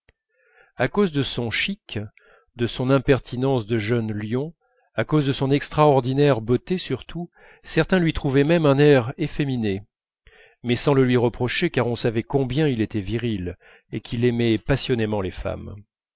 à cause de son chic de son impertinence de jeune lion à cause de son extraordinaire beauté surtout certains lui trouvaient même un air efféminé mais sans le lui reprocher car on savait combien il était viril et qu'il aimait passionnément les femmes